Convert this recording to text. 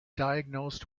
diagnosed